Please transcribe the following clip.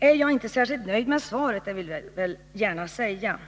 Jag är inte särskilt nöjd med svaret — det vill jag gärna säga.